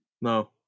No